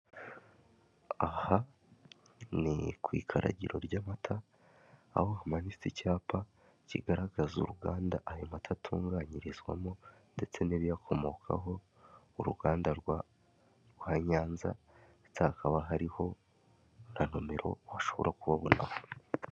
Aha ni ku ikaragiro ry'amata, aho hamanitse icyapa kigaragaza uruganda ayo mata atunganyirizwamo ndetse n'ibiyakomokaho, uruganda rwa Nyanza, ndetse hakaba hariho na nomero washobora kubabonaho.